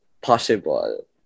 possible